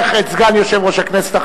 הוא בא לפעמים עם ראש הממשלה,